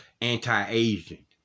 anti-Asian